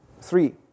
Three